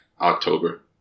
October